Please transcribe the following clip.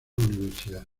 universidad